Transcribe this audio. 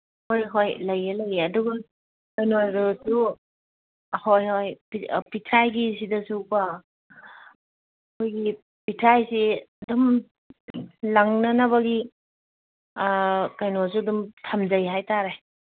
ꯍꯣꯏ ꯍꯣꯏ ꯂꯩꯌꯦ ꯂꯩꯌꯦ ꯑꯗꯨꯒ ꯀꯩꯅꯣꯗꯨꯁꯨ ꯍꯣꯏ ꯍꯣꯏ ꯄꯤꯊ꯭ꯔꯥꯏꯒꯤ ꯁꯤꯗꯁꯨꯀꯣ ꯑꯩꯈꯣꯏꯒꯤ ꯄꯤꯊ꯭ꯔꯥꯏꯁꯤ ꯑꯗꯨꯝ ꯂꯪꯅꯅꯕꯒꯤ ꯀꯩꯅꯣꯁꯨ ꯑꯗꯨꯝ ꯊꯝꯖꯩ ꯍꯥꯏ ꯇꯥꯔꯦ